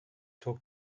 talk